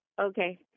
Okay